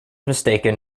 mistaken